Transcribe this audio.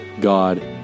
God